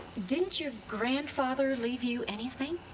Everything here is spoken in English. didn't your grandfather leave you anything?